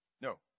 No